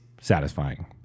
satisfying